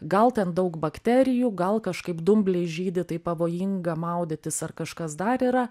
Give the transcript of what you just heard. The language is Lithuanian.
gal ten daug bakterijų gal kažkaip dumbliai žydi tai pavojinga maudytis ar kažkas dar yra